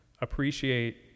appreciate